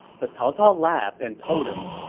but cao cao laughed and told him,